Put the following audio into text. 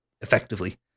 effectively